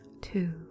Two